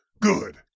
Good